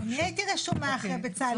אני הייתי רשומה אחרי בצלאל.